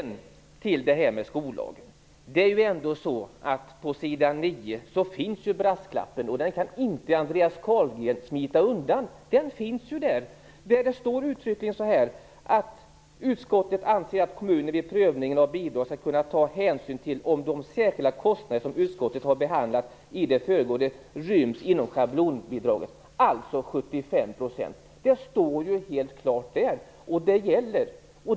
När det gäller skollagen finns det på s. 9 en brasklapp. Det kan Andreas Carlgren inte smita undan. Den finns där. Det står uttryckligen så här: "Utskottet anser att kommuner vid prövningen av bidrag skall kunna ta hänsyn till om de särskilda kostnader som utskottet behandlat i det föregående ryms inom schablonbidraget." Det är alltså 75 %. Det står där helt klart, och det gäller.